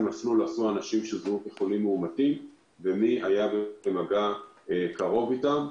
מסלול עשו אנשים שזוהו כחולים מאומתים ומי היה במגע קרוב איתם.